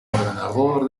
ordenador